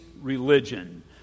religion